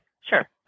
Sure